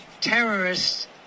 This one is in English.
terrorists